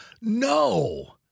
no